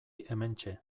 hementxe